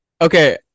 Okay